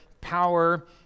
power